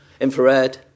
Infrared